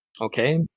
Okay